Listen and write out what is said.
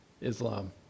Islam